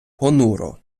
понуро